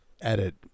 edit